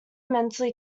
mentally